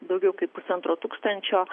daugiau kaip pusantro tūkstančio